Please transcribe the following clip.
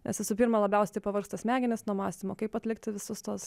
nes visų pirma labiausiai tai pavargsta smegenys nuo mąstymo kaip atlikti visus tuos